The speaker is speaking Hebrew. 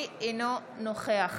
אינו נוכח